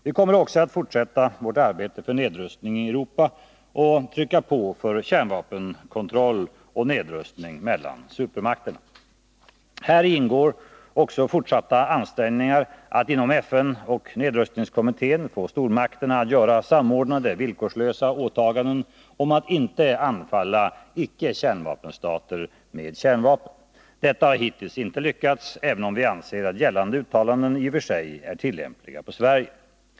Vi kommer också att fortsätta vårt arbete för nedrustning i Europa och trycka på för kärnvapenkontroll — och nedrustning mellan supermakterna. Häri ingår också fortsatta ansträngningar att inom FN och nedrustningskommittén få stormakterna att göra samordnade villkorslösa åtaganden om att inte anfalla icke-kärnvapenstater med kärnvapen. Detta har hittills inte lyckats, även om vi anser att gällande uttalanden i och för sig är tillämpliga på Sverige.